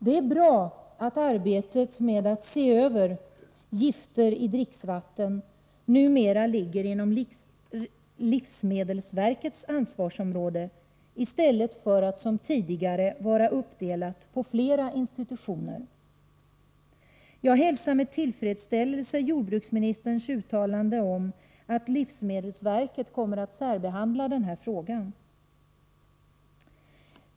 Det är bra att arbetet med att se över gifter i dricksvatten numera ligger inom livsmedelsverkets ansvarsområde i stället för att som tidigare vara uppdelat på flera institutioner. Jag hälsar med tillfredsställelse jordbruksministerns uttalande om att livsmedelsverket kommer att särbehandla denna fråga.